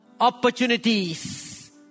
opportunities